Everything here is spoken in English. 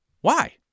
Why